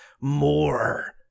more